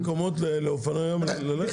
אין לאופנועי ים מקומות ללכת?